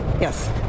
Yes